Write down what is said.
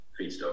feedstock